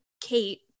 Kate